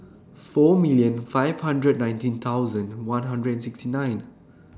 four million five hundred nineteen thousand one hundred sixty nine